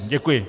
Děkuji.